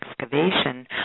excavation